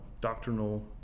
doctrinal